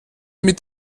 mit